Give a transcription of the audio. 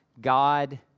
God